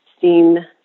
seen